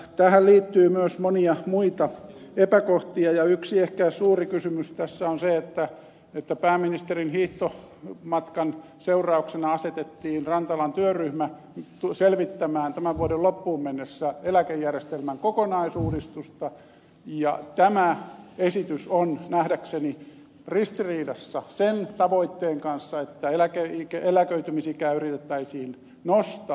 tähän liittyy myös monia muita epäkohtia ja yksi ehkä suuri kysymys tässä on se että pääministerin hiihtomatkan seurauksena asetettiin rantalan työryhmä selvittämään tämän vuoden loppuun mennessä eläkejärjestelmän kokonaisuudistusta ja tämä esitys on nähdäkseni ristiriidassa sen tavoitteen kanssa että eläköitymisikää yritettäisiin nostaa